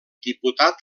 diputat